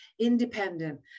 independent